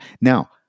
Now